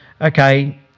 okay